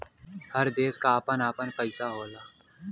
हर देश क आपन आपन पइसा होला